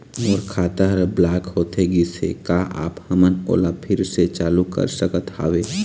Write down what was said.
मोर खाता हर ब्लॉक होथे गिस हे, का आप हमन ओला फिर से चालू कर सकत हावे?